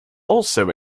also